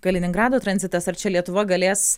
kaliningrado tranzitas ar čia lietuva galės